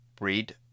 read